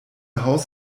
haus